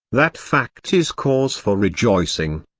that fact is cause for rejoicing.